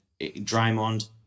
Draymond